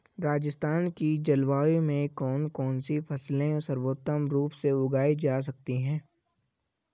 राजस्थान की जलवायु में कौन कौनसी फसलें सर्वोत्तम रूप से उगाई जा सकती हैं?